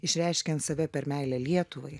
išreiškiant save per meilę lietuvai